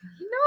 no